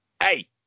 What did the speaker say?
Hey